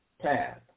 path